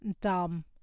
dumb